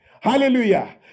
Hallelujah